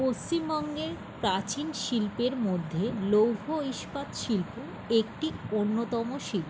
পশ্চিমবঙ্গে প্রাচীন শিল্পের মধ্যে লৌহ ইস্পাত শিল্প একটি অন্যতম শিল্প